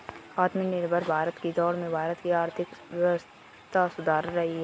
आत्मनिर्भर भारत की दौड़ में भारत की आर्थिक व्यवस्था सुधर रही है